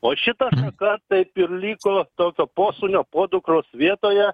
o šita šaka taip ir liko tokio posūnio podukros vietoje